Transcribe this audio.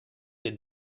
den